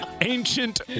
Ancient